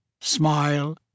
smile